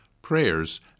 prayers